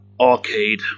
Arcade